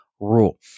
rule